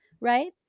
right